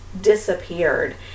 disappeared